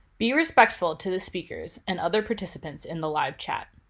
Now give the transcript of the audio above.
be respectful to the speakers and other participants in the live chat.